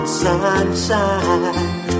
sunshine